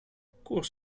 cour